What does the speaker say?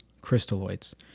crystalloids